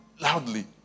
loudly